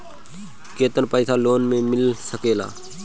केतना पाइसा लोन में मिल सकेला?